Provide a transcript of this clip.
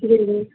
جی جی